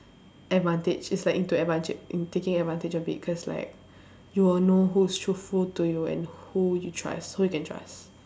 advantage is like into advant~ in taking advantage of it cause like you will know who is truthful to you and who you trust who you can trust